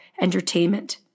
entertainment